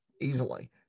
easily